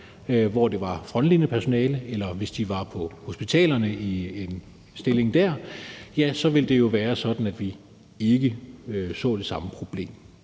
hvor det var frontlinjepersonale, eller hvis de var på hospitalerne i en stilling der, ville det jo være sådan, at vi ikke så det samme problem.